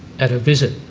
at a visit.